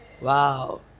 Wow